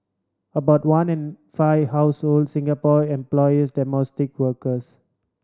about one in five households Singapore employers domestic workers